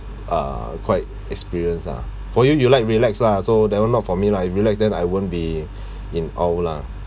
uh quite experience lah for you you like relax lah so that [one] not for me lah if relax then I won't be in awe lah